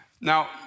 Now